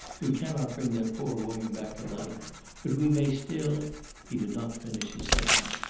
we cannot bring that poor woman back to life but we may still he did not finish his sentence.